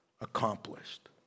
accomplished